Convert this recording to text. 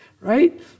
right